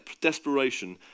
desperation